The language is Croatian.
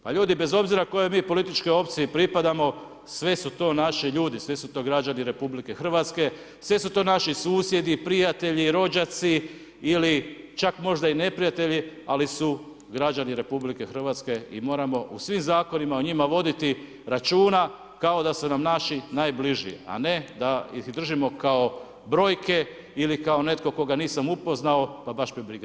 Pa ljudi bez obzira kojoj mi političkoj opciji pripadamo sve su to naši ljudi, svi su to građani RH, svi su to naši susjedi, prijatelji, rođaci ili čak možda i neprijatelji ali su građani RH i moramo u svim zakonima o njima voditi računa, kao da su nam naši najbliži, a ne da ih držimo kao brojke ili kao netko koga nisam upoznao, pa baš me briga za njega.